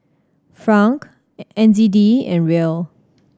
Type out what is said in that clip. Franc N Z D and Riel